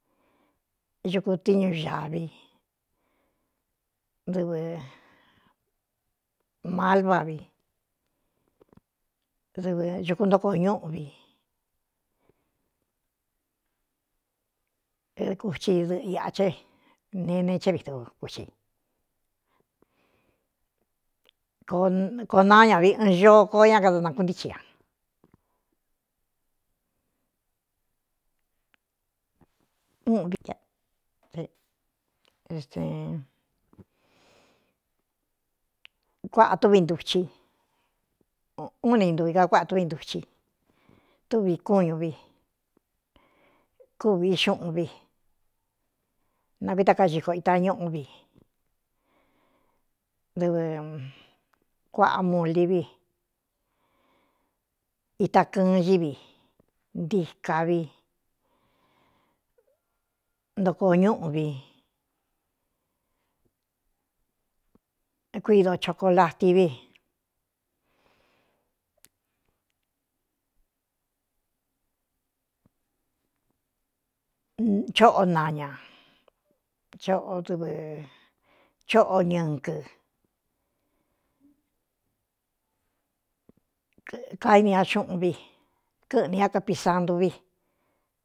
Ukutíñu uāvi dɨvɨ malbá viɨuku ntokoo ñúꞌu vi kuthi dɨꞌɨ ꞌaché neene ché vi d kui koo naáña vi ɨɨn ñoo koó ña kadanakuntícin ña v kuaꞌā túvi ntuchi u ni ntuvi ka kuáꞌa túvi ntuchi túvi kúñu vi kúvi xuꞌun vi na kuíta ka xiko ita ñúꞌu vi dɨvɨ kuāꞌá muli vi ita kɨɨn ñɨvi ntí ka vi ntokoo ñúꞌu vi kuídochoko lati vichóꞌo nañāvɨ chóꞌo ñɨkɨ kaíni ña xuꞌun vi kɨꞌnī a kapi saan ntuvi.